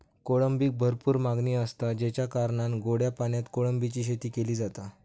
कोळंबीक भरपूर मागणी आसता, तेच्या कारणान गोड्या पाण्यात कोळंबीची शेती केली जाता